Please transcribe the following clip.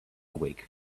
week